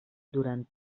durant